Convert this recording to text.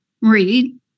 read